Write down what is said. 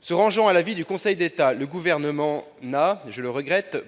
Se rangeant à l'avis du Conseil d'État, le Gouvernement n'a